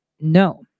No